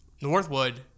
Northwood